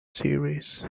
series